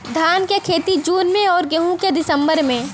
धान क खेती जून में अउर गेहूँ क दिसंबर में?